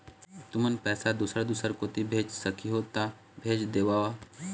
तुमन पैसा दूसर दूसर कोती भेज सखीहो ता भेज देवव?